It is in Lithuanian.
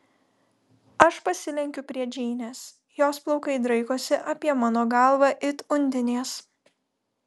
aš pasilenkiu prie džeinės jos plaukai draikosi apie mano galvą it undinės